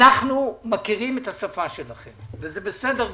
אנחנו מכירים את השפה שלכם, וזה בסדר גמור.